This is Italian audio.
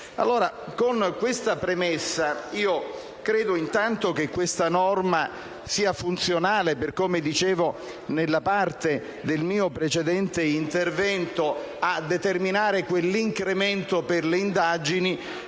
Con questa premessa, credo intanto che questa norma sia funzionale, come dicevo nel mio precedente intervento, a determinare quell'incremento per le indagini